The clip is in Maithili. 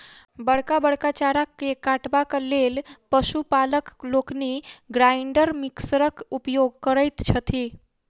बड़का बड़का चारा के काटबाक लेल पशु पालक लोकनि ग्राइंडर मिक्सरक उपयोग करैत छथि